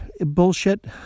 bullshit